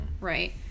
right